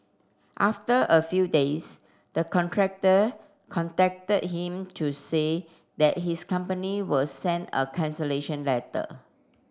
after a few days the contractor contacted him to say that his company will send a cancellation letter